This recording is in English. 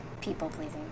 People-pleasing